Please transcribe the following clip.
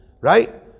right